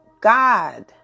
God